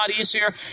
easier